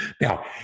Now